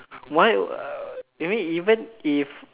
why uh you mean even if